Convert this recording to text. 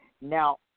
Now